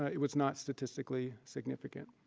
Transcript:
ah it was not statistically significant.